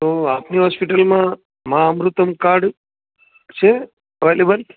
તો આપની હોસ્પિટલમાં અમૃતમ કાર્ડ છે આવેલેબલ